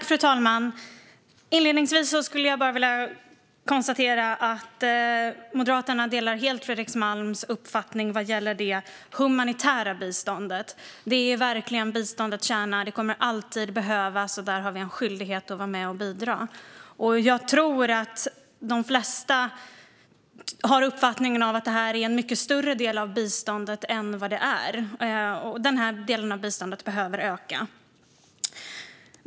Fru talman! Inledningsvis vill jag bara säga att Moderaterna helt delar Fredrik Malms uppfattning vad gäller det humanitära biståndet. Det är verkligen biståndets kärna, och det kommer alltid att behövas. Där har vi en skyldighet att vara med och bidra. Jag tror att de flesta har uppfattningen att detta är en mycket större del av biståndet än vad det är. Denna del behöver i stället öka.